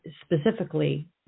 specifically